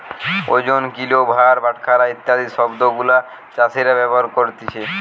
ওজন, কিলো, ভার, বাটখারা ইত্যাদি শব্দ গুলা চাষীরা ব্যবহার করতিছে